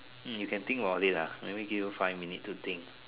hmm you think about it ah maybe give you five minute to think